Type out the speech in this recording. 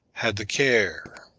had the care.